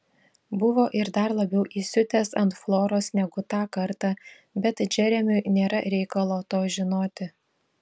buvo ir dar labiau įsiutęs ant floros negu tą kartą bet džeremiui nėra reikalo to žinoti